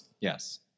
Yes